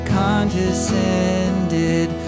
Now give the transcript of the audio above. condescended